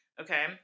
Okay